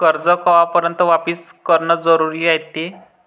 कर्ज कवापर्यंत वापिस करन जरुरी रायते?